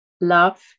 Love